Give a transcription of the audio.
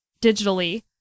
digitally